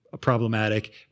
problematic